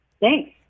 Thanks